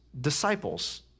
disciples